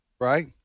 right